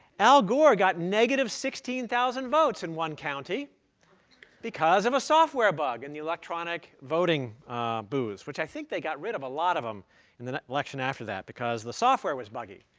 al gore got negative sixteen thousand votes in one county because of a software bug in the electronic voting booths, which i think they got rid of a lot of them in the election after that. because the software was buggy.